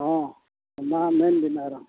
ᱦᱚᱸ ᱢᱟ ᱢᱮᱱᱵᱮᱱ ᱟᱨᱚ